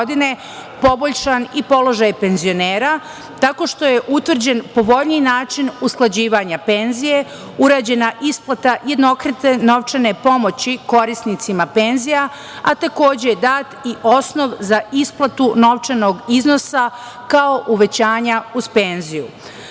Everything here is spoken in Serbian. poboljšan i položaj penzionera tako što je utvrđen povoljniji način usklađivanja penzije, urađena isplata jednokratne novčane pomoći korisnicima penzija, a takođe je dat i osnov za isplatu novčanog iznosa kao uvećanja uz penziju. Takođe,